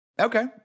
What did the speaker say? Okay